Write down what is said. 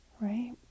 Right